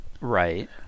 right